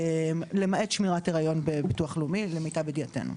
למעט שמירת הריון בביטוח לאומי למיטב ידיעתנו.